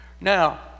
Now